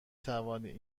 توانید